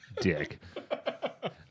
dick